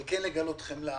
אבל כן לגלות חמלה,